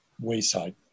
wayside